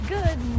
Good